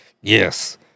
Yes